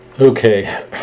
okay